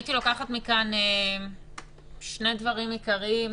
הייתי לוקחת מכאן שני דברים עיקריים.